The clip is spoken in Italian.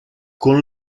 con